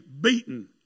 beaten